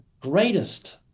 greatest